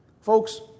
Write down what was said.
Folks